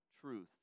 truth